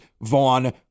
Vaughn